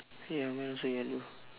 ya mine also yellow